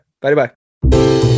bye-bye